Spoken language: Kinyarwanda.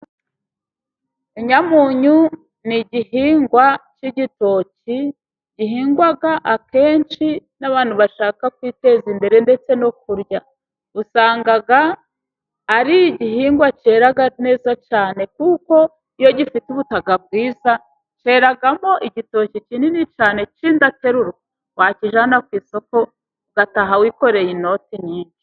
Inyamunyo ni igihingwa cy'igitoki gihingwa akenshi n'abantu bashaka kwiteza imbere ndetse no kurya. Usanga ari igihingwa cyera neza cyane kuko iyo gifite ubutaka bwiza cyeramo igitoki kinini cyane cy'indaterurwa wakijyanana ku isoko ugataha wikoreye inoti nyinshi.